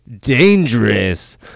dangerous